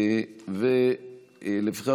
לפיכך,